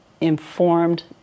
informed